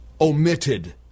omitted